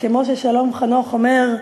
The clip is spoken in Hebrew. כמו ששלום חנוך אומר,